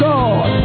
God